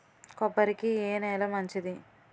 కొబ్బరి కి ఏ నేల మంచిది?